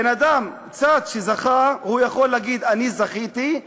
בן-אדם, צד שזכה, יכול להגיד אני זכיתי,